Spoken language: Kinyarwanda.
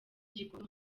gikondo